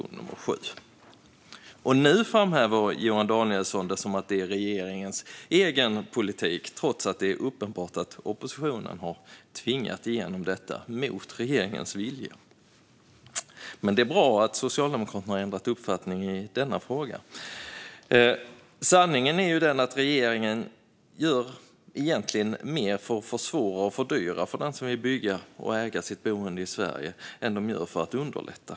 Nu framhäver Johan Danielsson detta som regeringens egen politik, trots att det är uppenbart att oppositionen har tvingat igenom det mot regeringens vilja. Men det är bra att Socialdemokraterna har ändrat uppfattning i denna fråga. Sanningen är att regeringen egentligen gör mer för att försvåra och fördyra för dem som vill bygga och äga sitt boende i Sverige än den gör för att underlätta.